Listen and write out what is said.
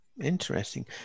Interesting